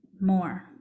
more